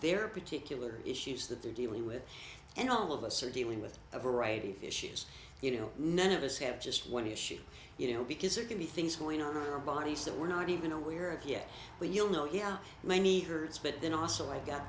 their particular issues that they're dealing with and all of us are dealing with a variety of issues you know none of us have just one issue you know because it can be things going on in our bodies that we're not even aware of yet but you'll know yeah my knee hurts but then also i g